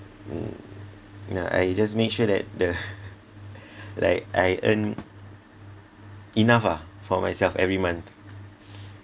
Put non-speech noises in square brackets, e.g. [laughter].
oh yeah I just make sure that the [laughs] like I earn enough ah for myself every month